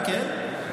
דיון בוועדה, כן?